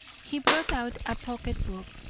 he brought out a pocket-book,